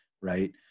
Right